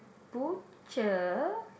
butcher